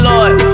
Lord